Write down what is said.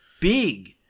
big